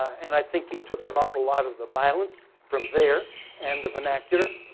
and i think he took an awful lot of the violence from there and the vernacular,